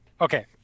Okay